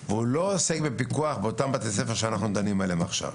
באותם בתי ספר שאנחנו מדברים עליהם עכשיו.